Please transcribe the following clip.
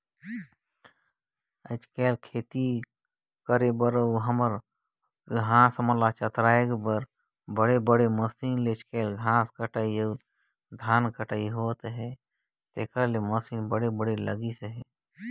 खेत खाएर कर घांस लुबई कटई कर काम हर गारडन के कांदी काटे के मसीन ले नी बने